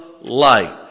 light